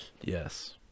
Yes